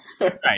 Right